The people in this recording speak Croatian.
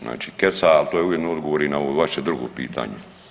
Znači Kesa ali to je ujedno odgovor i na ovo vaše drugo pitanje.